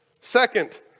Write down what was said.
Second